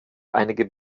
einige